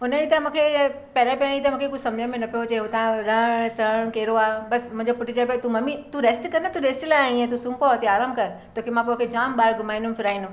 उनए त मूंखे पहिरियों पैणी त मूंखे कुझु सम्झ में न पियो अचे हुतां जो रहणु रहणु कहिड़ो आहे बसि मुंहिंजो पुटु चए पियो तू मम्मी तू रेस्ट कर न तू रेस्ट लाइ आईं आहे यि सुम पओ हिते आराम कर तोखे मां पोइ जाम ॿाहिरि घुमाईंदमि फिराईंदमि